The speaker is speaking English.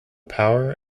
power